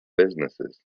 businesses